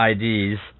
IDs